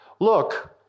Look